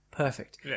perfect